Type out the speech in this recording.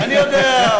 אני יודע,